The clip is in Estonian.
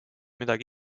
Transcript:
midagi